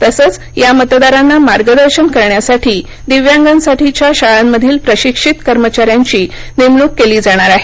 तसंच या मतदारांना मार्गदर्शन करण्यासाठी दिव्यांगांसाठीच्या शाळांमधील प्रशिक्षित कर्मचाऱ्यांची नेमणूक केली जाणार आहे